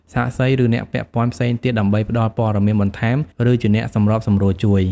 សាក្សី ឬអ្នកពាក់ព័ន្ធផ្សេងទៀត ដើម្បីផ្តល់ព័ត៌មានបន្ថែម ឬជាអ្នកសម្របសម្រួលជួយ។